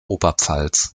oberpfalz